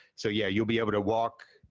so, yeah, you'll be able to walk,